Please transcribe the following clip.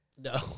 No